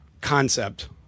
concept